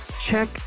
check